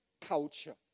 culture